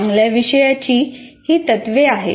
चांगल्या विषयाची ही तत्वे आहेत